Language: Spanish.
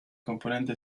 componente